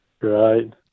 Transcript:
Right